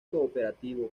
cooperativo